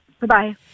bye-bye